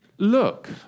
Look